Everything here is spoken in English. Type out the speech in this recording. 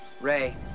Ray